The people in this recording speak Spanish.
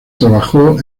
trabajó